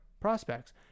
prospects